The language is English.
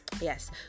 Yes